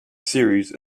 series